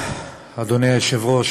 אדוני היושב-ראש,